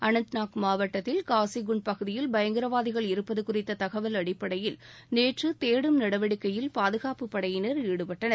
அனந்த்நாக் மாவட்டத்தில் காசிகுண்ட் பகுதியில் பயங்கரவாதிகள் இருப்பது குறித்த தகவல் அடிப்படையில் நேற்று தேடும் நடவடிக்கையில் பாதுகாப்புப் படையினர் ஈடுபட்டனர்